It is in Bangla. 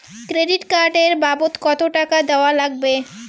ক্রেডিট কার্ড এর বাবদ কতো টাকা দেওয়া লাগবে?